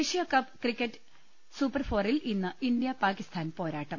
Asia cup cricket super ഫോറിൽ ഇന്ന് India Pakistan പോരാട്ടം